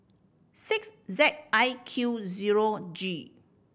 six Z I Q zero G